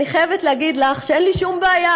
אני חייבת להגיד לך שאין לי שום בעיה,